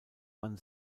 man